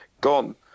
gone